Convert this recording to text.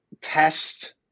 test